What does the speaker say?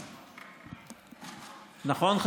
נכון,